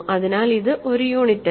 അതിനാൽ ഇത് ഒരു യൂണിറ്റല്ല